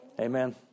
Amen